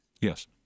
Yes